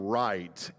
right